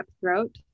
throat